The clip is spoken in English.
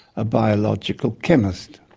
a biological chemist.